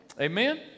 Amen